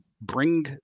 bring